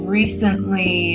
recently